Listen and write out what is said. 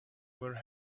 were